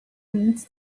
means